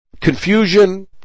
confusion